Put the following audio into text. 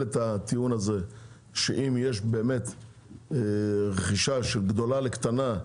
את הטיעון הזה שאם יש באמת רכישה של גדולה לקטנה,